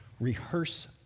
rehearse